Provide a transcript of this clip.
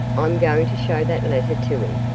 i'm going to show that letter to him.